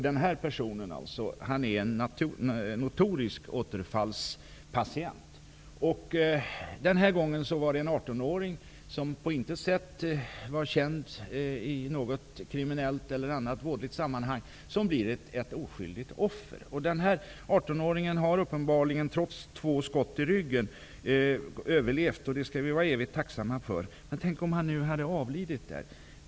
Den här personen är en notorisk återfallspatient. Denna gång var det alltså en 18-åring som på intet sätt var känd från något kriminellt eller annat vådligt sammanhang som blev ett oskyldigt offer. Trots två skott i ryggen har 18-åringen uppenbarligen överlevt, och det skall vi vara evigt tacksamma för. Men tänk om han nu hade avlidit!